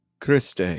Christe